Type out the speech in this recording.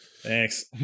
Thanks